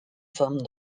from